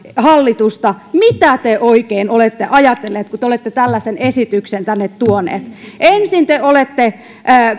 hallitusta mitä te oikein olette ajatelleet kun te olette tällaisen esityksen tänne tuoneet ensin te olette